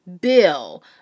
bill